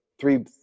three